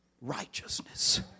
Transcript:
righteousness